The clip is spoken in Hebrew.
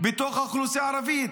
בתוך האוכלוסייה הערבית.